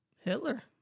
Hitler